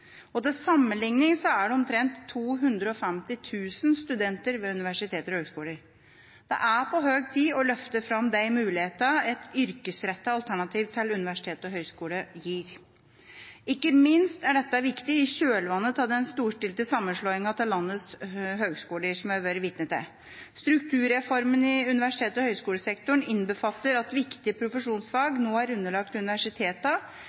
Til sammenligning er det omtrent 250 000 studenter ved universitet og høyskoler. Det er på høy tid å løfte fram mulighetene et yrkesrettet alternativ til universitet og høyskole gir. Ikke minst er dette viktig i kjølvannet av den storstilte sammenslåingen av landets høyskoler som vi har vært vitne til. Strukturreformen i UH-sektoren innbefatter at